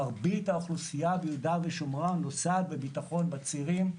מרבית האוכלוסייה ביהודה ושומרון נוסעת בביטחון בצירים.